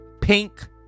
Pink